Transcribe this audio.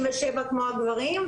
כמו הגברים,